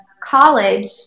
college